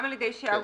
גם על-ידי ישעיהו,